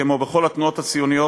כמו בכל התנועות הציוניות,